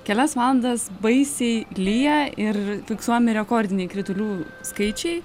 kelias valandas baisiai lyja ir fiksuojami rekordiniai kritulių skaičiai